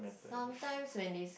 sometimes when they